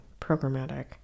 programmatic